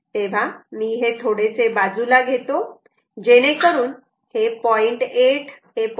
तेव्हा मी हे थोडेसे बाजूला घेतो जेणेकरून हे 0